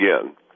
again